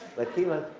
but he was,